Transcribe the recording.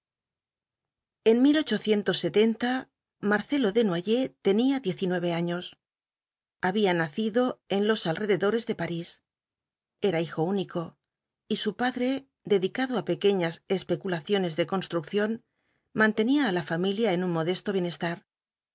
madariaga en marcelo desnoyers tenía diez y nueve años había nacido en los alrededores de parís era hijo único y su padre dedicado á pequeñas especulaciones de construcción mantenía á la familia en un modesto bienestar